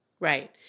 Right